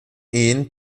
ehen